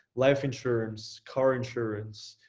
life insurance, car insurance,